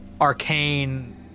arcane